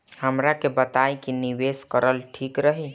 हमरा के बताई की निवेश करल ठीक रही?